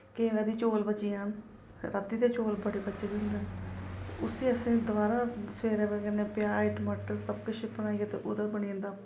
केईं बारी चौल बची जान रातीं दे चौल बड़े बचे दे होंदे न ते उस्सी असें दवारा सवेरै ओह्दै कन्नै प्याज टमाटर सब किश भनाइयै ओह्दा बनी जंदा